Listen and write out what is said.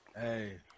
hey